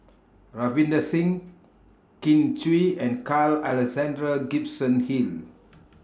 Ravinder Singh Kin Chui and Carl Alexander Gibson Hill